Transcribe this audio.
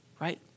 right